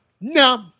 no